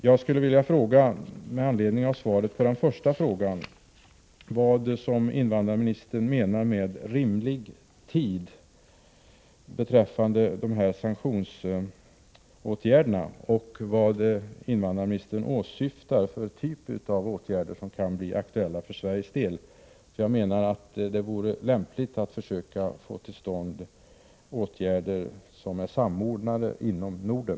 Jag skulle med anledning av svaret på den första frågan vilja fråga vad invandrarministern menar med rimlig tid beträffande sanktionsåtgärderna och vilken typ av åtgärder invandrarministern anser kan bli aktuella för Sveriges del. Jag menar att det vore lämpligt att försöka få till stånd åtgärder som är samordnade inom Norden.